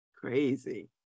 Crazy